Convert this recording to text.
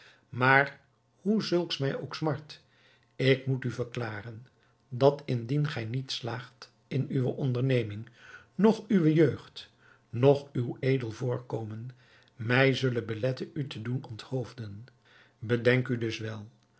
maar hoe zulks mij ook smart ik moet u verklaren dat indien gij niet slaagt in uwe onderneming noch uwe jeugd noch uw edel voorkomen mij zullen beletten u te doen onthoofden bedenk u dus wel